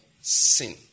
sin